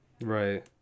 Right